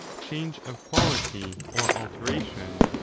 change of quality or alteration,